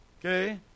Okay